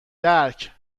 درکاینجا